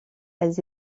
elles